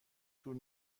طول